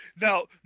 Now